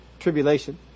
tribulation